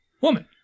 woman